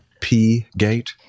P-gate